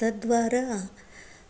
तद्वारा